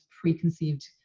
preconceived